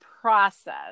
process